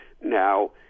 Now